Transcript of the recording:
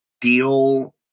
deal